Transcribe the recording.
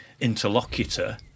interlocutor